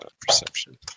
Perception